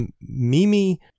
Mimi